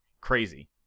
crazy